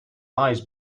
eyes